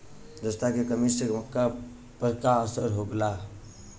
जस्ता के कमी से मक्का पर का असर होखेला?